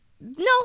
No